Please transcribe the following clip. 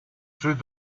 through